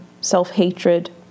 self-hatred